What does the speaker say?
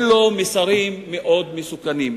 אלו מסרים מאוד מסוכנים.